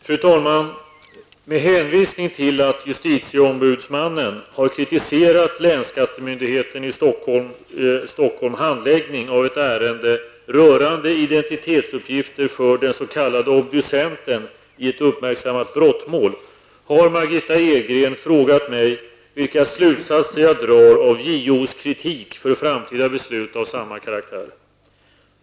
Fru talman! Med hänvisning till att justitieombundsmannen kritiserat länsskattemyndighetens i Stockholm handläggning av ett ärende rörande identitetsuppgifter för den s.k. obducenten i ett uppmärksammat brottsmål, har Margitta Edgren frågat mig vilka slutsatser jag drar av JOs kritik för framtida beslut av samma karaktär.